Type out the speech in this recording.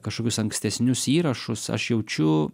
kašokius ankstesnius įrašus aš jaučiu